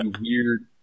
weird